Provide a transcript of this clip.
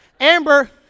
Amber